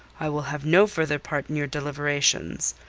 i will have no further part in your deliberations.